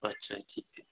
ਅੱਛਾ ਠੀਕ ਹੈ